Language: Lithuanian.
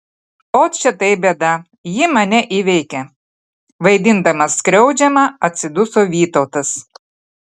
ot čia tai bėda ji mane įveikia vaidindamas skriaudžiamą atsiduso vytautas